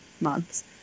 months –